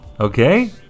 Okay